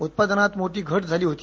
उत्पादनात मोठी घट झाली होती